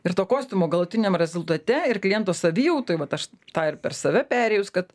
ir to kostiumo galutiniam rezultate ir kliento savijautai vat aš tą ir per save perėjus kad